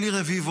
אלי רביבו,